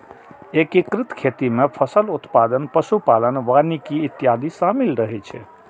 एकीकृत खेती मे फसल उत्पादन, पशु पालन, वानिकी इत्यादि शामिल रहै छै